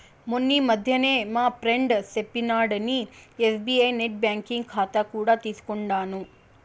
మొన్నీ మధ్యనే మా ఫ్రెండు సెప్పినాడని ఎస్బీఐ నెట్ బ్యాంకింగ్ కాతా కూడా తీసుకుండాను